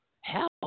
hell